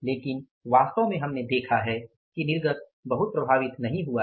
लेकिन वास्तव में हमने देखा है कि निर्गत बहुत प्रभावित नहीं हुआ है